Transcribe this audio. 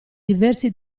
diversi